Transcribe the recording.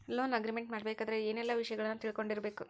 Loan agreement ಮಾಡ್ಬೆಕಾದ್ರ ಏನೆಲ್ಲಾ ವಿಷಯಗಳನ್ನ ತಿಳ್ಕೊಂಡಿರ್ಬೆಕು?